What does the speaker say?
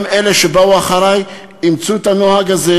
גם אלו שבאו אחרי אימצו את הנוהג הזה,